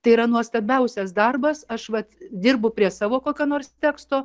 tai yra nuostabiausias darbas aš vat dirbu prie savo kokio nors teksto